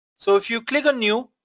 so if you click on new,